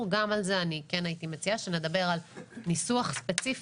- גם על זה אני כן הייתי מציעה שנדבר על ניסוח ספציפי